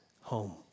home